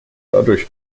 dadurch